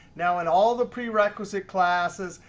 now, in all the prerequisite classes,